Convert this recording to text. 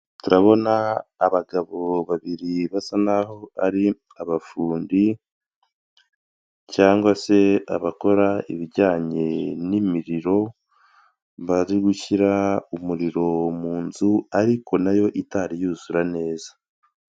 Turabona abagabo babiri basa naho ari abafundi cyangwa se abakora ibijyanye n'imiriro, bari gushyira umuriro mu nzu ariko nayo itariyuzura neza.